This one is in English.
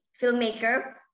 filmmaker